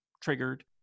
triggered